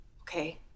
Okay